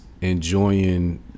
Enjoying